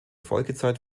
folgezeit